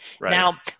now